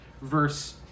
verse